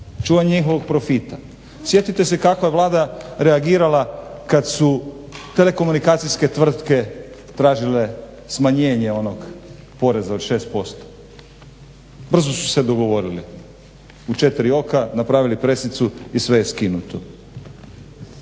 čuvanjem njihovog profita. Sjetite se kako je Vlada reagirala kada su telekomunikacijske tvrtke tražile smanjenje onog poreza od 6%. Brzo su se dogovorili u 4 oka, napravile pressicu i sve je skinuto.